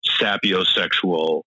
sapiosexual